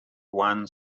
one